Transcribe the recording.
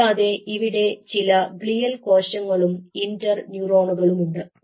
കൂടാതെ ഇവിടെ ചില ഗ്ലിയൽ കോശങ്ങളും ഇന്റർ ന്യൂറോണുകളുമുണ്ട്